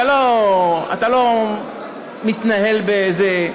אתה לא מתנהל באיזה,